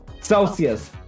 Celsius